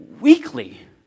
weekly